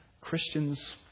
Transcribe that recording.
Christians